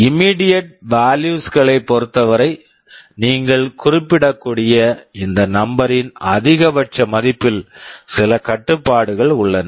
immediate values immediate values களைப் பொறுத்தவரை நீங்கள் குறிப்பிடக்கூடிய இந்த நம்பர் number ன் அதிகபட்ச மதிப்பில் சில கட்டுப்பாடுகள் உள்ளன